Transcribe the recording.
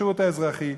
בשירות האזרחי.